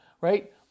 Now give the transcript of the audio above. right